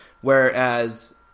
whereas